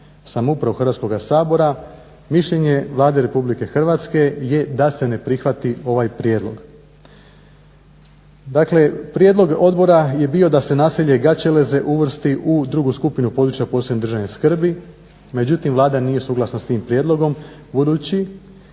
samoupravu Hrvatskoga sabora mišljenje Vlade Republike Hrvatske je da se ne prihvati ovaj prijedlog. Dakle, prijedlog Odbora je bio da se naselje Gaćeleze uvrsti u drugu skupinu područja od posebne državne skrbi. Međutim, Vlada nije suglasna s tim prijedlogom budući